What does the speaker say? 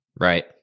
Right